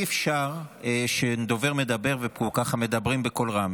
אי-אפשר שדובר מדבר וככה מדברים בקול רם.